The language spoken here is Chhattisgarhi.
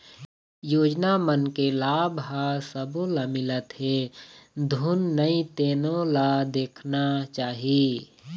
योजना मन के लाभ ह सब्बो ल मिलत हे धुन नइ तेनो ल देखना चाही